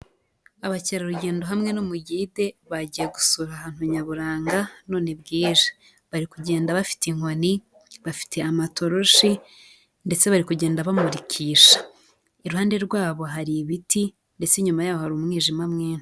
Abakerarugendo hamwe n'umugide bagiye gusura ahantu nyaburanga none bwije, bari kugenda bafite inkoni bafite, amatoroshi ndetse bari kugenda bamurikisha iruhande rwabo hari ibiti ndetse inyuma yaho hari umwijima mwinshi.